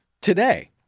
today